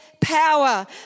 power